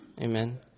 Amen